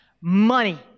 money